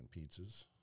pizzas